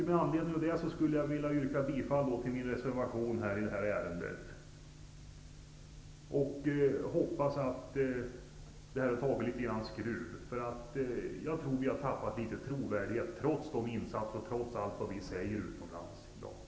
Med anledning av det vill jag yrka bifall till min reservation och hoppas att detta tar skruv. Jag tror att vi har tappat trovärdighet trots de insatser som görs och trots allt vi säger utomlands i dag.